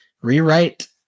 rewrite